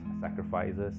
sacrifices